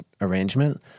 arrangement